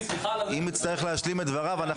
אם הוא יצטרך להשלים את דבריו אנחנו